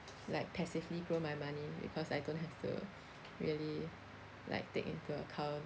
like passively grow my money because I don't have to really like take into account